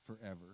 forever